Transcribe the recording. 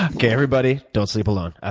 ah okay everybody, don't sleep alone. ah